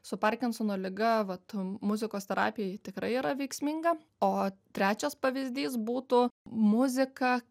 su parkinsono liga vat muzikos terapija tikrai yra veiksminga o trečias pavyzdys būtų muzika